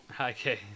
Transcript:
okay